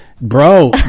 bro